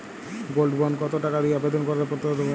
Gold bond কত টাকা দিয়ে আবেদন করতে পারবো?